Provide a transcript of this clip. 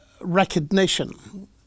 recognition